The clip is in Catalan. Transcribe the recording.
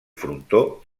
frontó